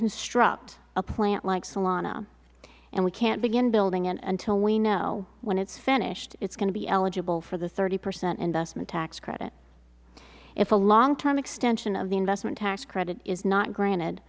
construct a plant like solana and we can't begin building it until we know when it's finished it's going to be eligible for the thirty percent investment tax credit if a long term extension of the investment tax credit is not granted